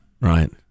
Right